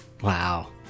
Wow